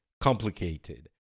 complicated